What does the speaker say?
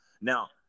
Now